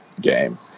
game